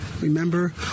remember